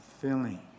filling